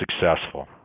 successful